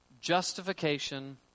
Justification